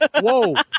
whoa